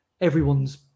everyone's